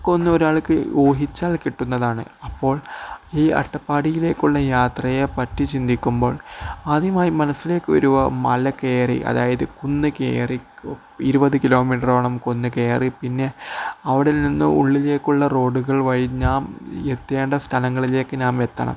ഒക്കെ ഒന്ന് ഒരാൾക്ക് ഊഹിച്ചാൽ കിട്ടുന്നതാണ് അപ്പോൾ ഈ അട്ടപ്പാടിയിലേക്കുള്ള യാത്രയെ പറ്റി ചിന്തിക്കുമ്പോൾ ആദ്യമായി മനസ്സിലേക്ക് വരിക മല കയറി അതായത് കുന്ന് കയറി ഇരുപത് കിലോമീറ്ററോളം കുന്ന് കയറി പിന്നെ അവിടെ നിന്ന് ഉള്ളിലേക്കുള്ള റോഡുകൾ വഴി നാം എത്തേണ്ട സ്ഥലങ്ങളിലേക്ക് നാം എത്തണം